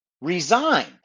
resign